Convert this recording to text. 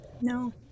No